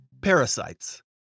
Parasites